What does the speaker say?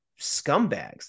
scumbags